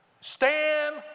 Stand